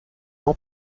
ans